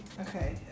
Okay